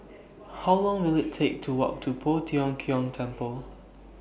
How Long Will IT Take to Walk to Poh Tiong Kiong Temple